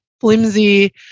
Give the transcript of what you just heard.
flimsy